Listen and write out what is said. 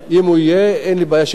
אם הוא יהיה, אין לי בעיה שינמק.